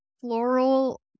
floral